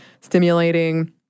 stimulating